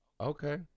Okay